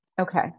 Okay